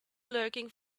lurking